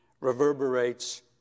reverberates